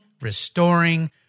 restoring